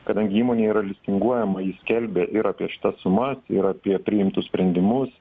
kadangi įmonė yra listinguojama ji skelbė ir apie šitas sumas ir apie priimtus sprendimus